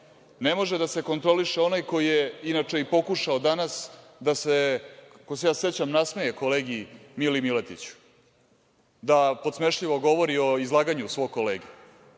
može da se kontroliše onaj koji je inače i pokušao danas da se, koliko se ja sećam, nasmeje kolegi Miliji Miletiću, da podsmešljivo govori o izlaganju svog kolege